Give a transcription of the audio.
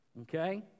Okay